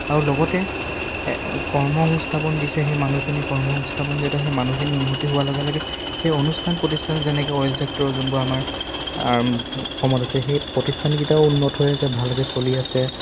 আৰু লগতে কৰ্মসস্থাপন দিছে সেই মানুহখিনি কৰ্মসংস্থাপন যিহেতু সেই মানুহখিনি উন্নতি উন্নতি হোৱাৰ লগে লগে সেই অনুষ্ঠান প্ৰতিষ্ঠান যেনেকৈ অইল ছেক্টৰৰ যোনবোৰ আমাৰ অসমত আছে সেই প্ৰতিষ্ঠানকেইটাও উন্নত হৈ আছে ভালকৈ চলি আছে